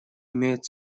имеют